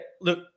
look